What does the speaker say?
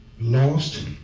lost